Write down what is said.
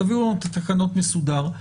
תביאו לנו את התקנות בצורה מסודרת.